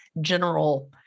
general